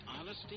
honesty